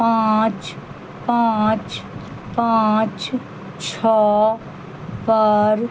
पाँच पाँच पाँच छओपर